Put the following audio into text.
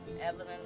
Evelyn